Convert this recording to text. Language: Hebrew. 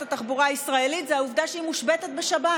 התחבורה הישראלית זו העובדה שהיא מושבתת בשבת.